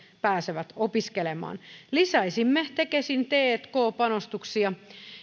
pääsevät opiskelemaan lisäisimme tekesin tk panostuksia